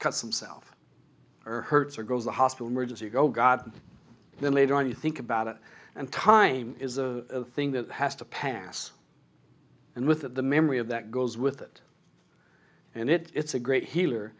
cuts himself or hurts or goes the hospital emergency you go god then later on you think about it and time is a thing that has to pass and with that the memory of that goes with it and it it's a great healer